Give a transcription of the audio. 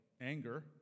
anger